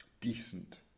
decent